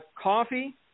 coffee